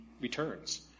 returns